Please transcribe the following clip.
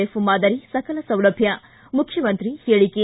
F ಮಾದರಿ ಸಕಲ ಸೌಲಭ್ಯ ಮುಖ್ಯಮಂತ್ರಿ ಹೇಳಿಕೆ